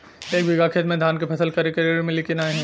एक बिघा खेत मे धान के फसल करे के ऋण मिली की नाही?